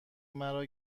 مرا